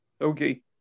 Okay